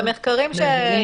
הם מכירים את